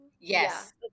Yes